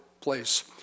place